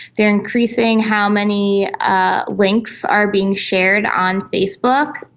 they are increasing how many ah links are being shared on facebook.